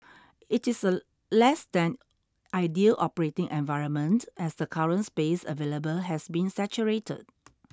it is a less than ideal operating environment as the current space available has been saturated